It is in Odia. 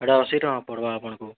ସେଟା ଅଶୀ ଟଙ୍କା ପଡ଼୍ବା ଆପଣ୍ଙ୍କୁ